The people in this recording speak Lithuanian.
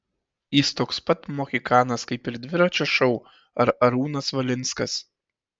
jis toks pat mohikanas kaip ir dviračio šou ar arūnas valinskas